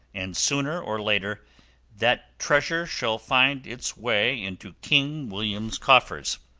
and sooner or later that treasure shall find its way into king william's coffers,